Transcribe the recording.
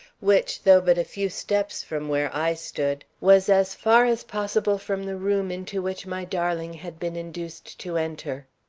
which, though but a few steps from where i stood, was as far as possible from the room into which my darling had been induced to enter.